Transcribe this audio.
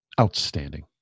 outstanding